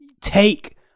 take